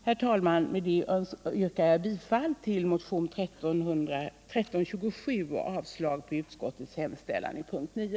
Herr talman! Med det sagda yrkar jag bifall till motionen 1327 och avslag på utskottets hemställan vid punkten 9.